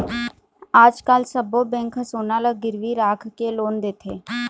आजकाल सब्बो बेंक ह सोना ल गिरवी राखके लोन देथे